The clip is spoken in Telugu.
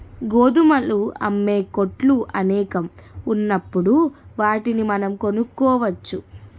గోధుమలు అమ్మే కొట్లు అనేకం ఉన్నప్పుడు వాటిని మనం కొనుక్కోవచ్చు